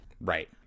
Right